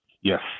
Yes